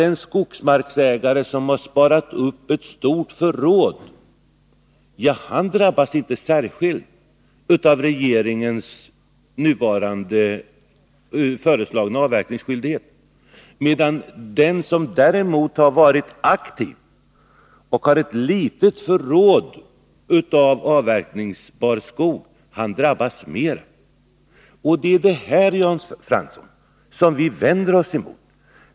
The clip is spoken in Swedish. Den skogsmarksägare som har lagt upp ett stort förråd drabbas inte särskilt mycket av regeringens nu föreslagna avverkningsskyldighet, medan den som har varit aktiv och har ett litet förråd av avverkningsbar skog drabbas mera. Det är det här, Jan Fransson, som vi vänder oss emot.